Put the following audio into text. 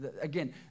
Again